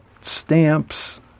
stamps